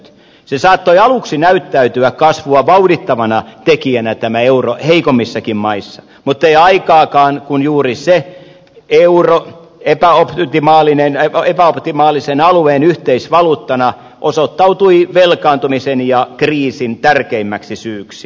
tämä euro saattoi aluksi näyttäytyä kasvua vauhdittavana tekijänä heikommissakin maissa muttei aikaakaan kun juuri se euro epäoptimaalisen alueen yhteisvaluuttana osoittautui velkaantumisen ja kriisin tärkeimmäksi syyksi